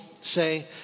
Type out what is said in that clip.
say